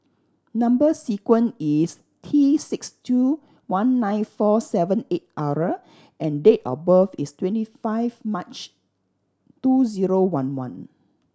number sequence is T six two one nine four seven eight R and date of birth is twenty five March two zero one one